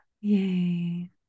Yay